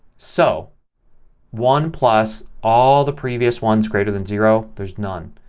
so one plus all the previous ones greater than zero. there's none.